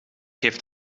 heeft